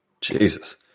jesus